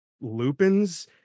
lupins